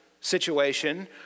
situation